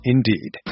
Indeed